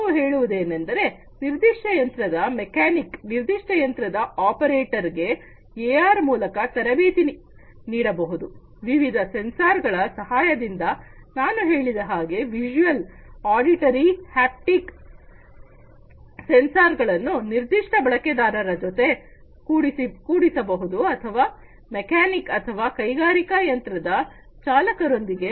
ನಾವು ಹೇಳುವುದೇನೆಂದರೆ ನಿರ್ದಿಷ್ಟ ಯಂತ್ರದ ಮೆಕ್ಯಾನಿಕ್ ನಿರ್ದಿಷ್ಟ ಯಂತ್ರದ ಆಪರೇಟರ್ ಗೆ ಎಆರ್ ಮೂಲಕ ತರಬೇತಿ ನೀಡಬಹುದು ವಿವಿಧ ಸೆನ್ಸರ್ ಗಳ ಸಹಾಯದಿಂದ ನಾನು ಹೇಳಿದ ಹಾಗೆ ವಿಶ್ಯೂಯಲ್ ಆಡಿಟರಿ ಹ್ಯಾಪ್ಟಿಕ್ ಸೆನ್ಸಾರ್ ಗಳನ್ನು ನಿರ್ದಿಷ್ಟ ಬಳಕೆದಾರರ ಜೊತೆ ಕೂಡಿಸಬಹುದು ಅಥವಾ ಮೆಕ್ಯಾನಿಕ್ ಅಥವಾ ಕೈಗಾರಿಕಾ ಯಂತ್ರದ ಚಾಲಕರೊಂದಿಗೆ